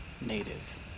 native